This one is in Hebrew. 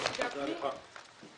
הישיבה ננעלה בשעה 13:21.